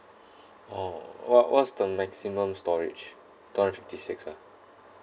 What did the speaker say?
oh what was the maximum storage two hundred and fifty six ah